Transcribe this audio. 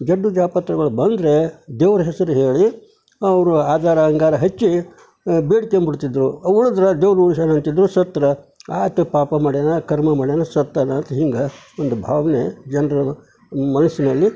Z ಜಾಪತ್ರೆಗಳು ಬಂದರೆ ದೇವರ ಹೆಸರು ಹೇಳಿ ಅವರು ಆಧಾರ ಅಂಗಾರ ಹಚ್ಚಿ ಬೇಡ್ಕೊಂಡು ಬಿಡ್ತಿದ್ದರು ಉಳಿದ್ರೆ ದೇವ್ರು ಉಳಿಸ್ಯಾನ ಅಂತಿದ್ರು ಸತ್ರ ಆಯಿತು ಪಾಪ ಮಾಡ್ಯಾನ ಕರ್ಮ ಮಾಡ್ಯಾನ ಸತ್ತನಾ ಅಂತ ಹಿಂಗೆ ಒಂದು ಭಾವನೆ ಜನರನ್ನ ಮನಸ್ಸಿನಲ್ಲಿ